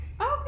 Okay